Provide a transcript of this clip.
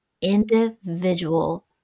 individual